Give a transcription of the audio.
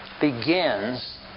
begins